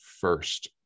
first